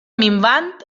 minvant